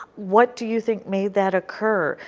what do you think made that occur?